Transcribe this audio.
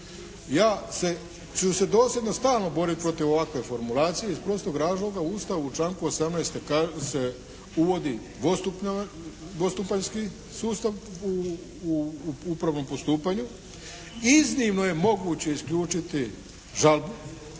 se, ću se dosljedno stalno borit protiv ovakve formulacije iz prostog razloga, u Ustavu u članku 18. se uvodi dvostupanjski sustav u upravnom postupanju. Iznimno je moguće isključiti žalbu